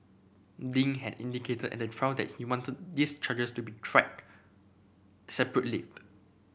Ding had indicated at the trial that he wanted these charges to be tried separately